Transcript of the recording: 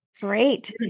great